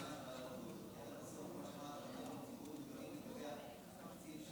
אני אסביר את הרציונל של